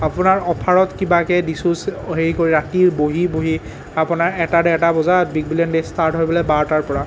আপোনাৰ অ'ফাৰত কিবাকৈ দিছো হেৰি কৰি ৰাতি বহি বহি আপোনাৰ এটা ডেৰটা বজাত বিগ বিলিয়ন ডে' ষ্টাৰ্ট হয় বোলে বাৰটাৰ পৰা